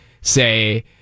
say